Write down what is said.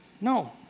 No